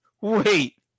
Wait